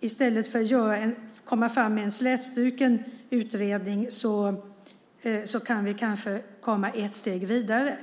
i stället för att komma fram med en slätstruken utredning kunna komma ett steg vidare.